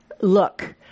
look